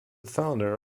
founder